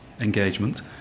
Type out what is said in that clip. engagement